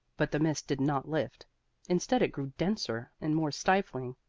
but the mist did not lift instead it grew denser and more stifling,